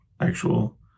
actual